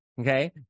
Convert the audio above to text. okay